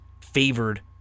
favored